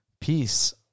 Peace